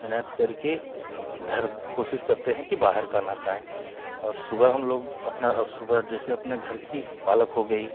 मेहनत करके घर कोशिश करते हैं कि बाहर का ना खाएँ और सुबह हम लोग अपना सुबह जैसे अपने घर की पालक हो गई